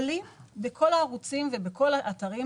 בכל הערוצים ובכל האתרים